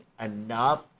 enough